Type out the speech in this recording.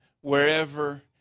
wherever